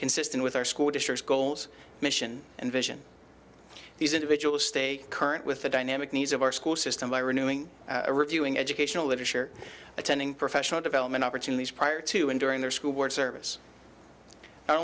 consistent with our school district goals mission and vision these individuals stay current with the dynamic needs of our school system by renewing reviewing educational literature attending professional development opportunities prior to and during their school work service